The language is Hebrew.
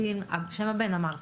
לא בשם הבן.